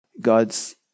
God's